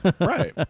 right